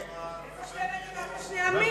לא הצענו שום דבר, איפה שתי מדינות לשני עמים?